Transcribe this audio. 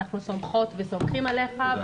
אנחנו סומכות וסומכים עליך.